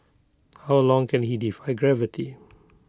how long can he defy gravity